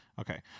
okay